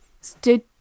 stood